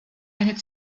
eine